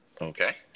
Okay